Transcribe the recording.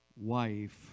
wife